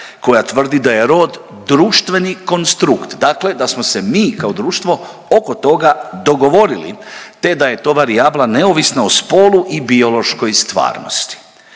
koja tvrdi da je rod društveni konstrukt, dakle da smo se mi kao društvo oko toga dogovorili te da je to varijabla neovisna o spolu i biološkoj stvarnosti.